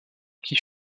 qui